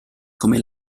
come